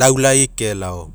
laulai kelao.